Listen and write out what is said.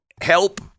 help